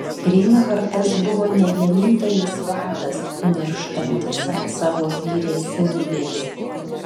reinhartas buvo ne vienintelis vadas nirštantis ant savo vyresnybės